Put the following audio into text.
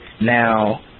Now